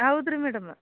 ಹೌದು ರೀ ಮೇಡಮ